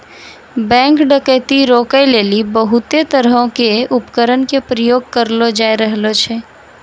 bank डकैती रोकै लेली बहुते तरहो के उपकरण के प्रयोग करलो जाय रहलो छै